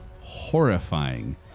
horrifying